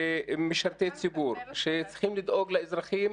של משרתי ציבור, שצריכים לדאוג לאזרחים,